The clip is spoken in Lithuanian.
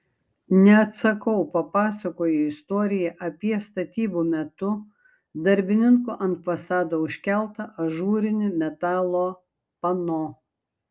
neatsakau papasakoju istoriją apie statybų metu darbininkų ant fasado užkeltą ažūrinį metalo pano